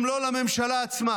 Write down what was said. גם לא לממשלה עצמה.